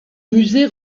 musée